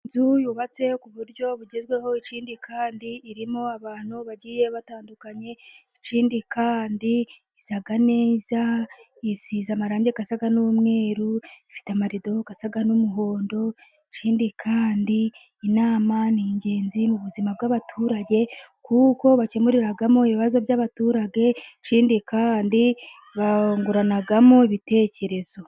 Inzu yubatse ku buryo bugezweho, ikindi kandi irimo abantu bagiye batandukanye, ikindi kandi isa neza, isize amarange asa n'umweru, ifite amarido asa n'umuhondo, ikindi kandi inama ni ingenzi mu buzima bw'abaturage, kuko bakemuriramo ibibazo by'abaturage, ikindi kandi bunguranamo ibitekerezo.